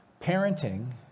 Parenting